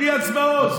בלי הצבעות,